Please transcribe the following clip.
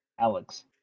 alex